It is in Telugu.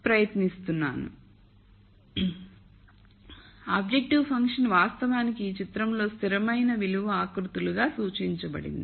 కాబట్టి ఆబ్జెక్టివ్ ఫంక్షన్ వాస్తవానికి ఈ చిత్రంలో స్థిరమైన విలువ ఆకృతులుగా సూచించబడుతుంది